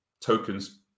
tokens